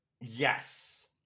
yes